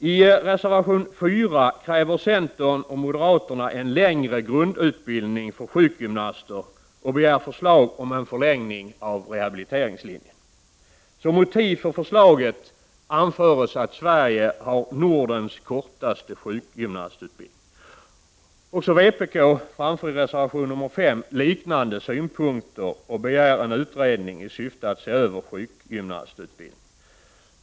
I reservation 4 kräver centern och moderaterna en längre grundutbildning för sjukgymnaster och begär förslag om en förlängning av rehabiliteringslinjen. Som motiv för förslaget anförs att Sverige har Nordens kortaste sjukgymnastutbildning. Också vpk framför i reservation nr 5 liknande synpunkter och begär en utredning i syfte att se över sjukgymnastutbildningen.